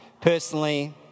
Personally